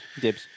Dibs